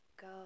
go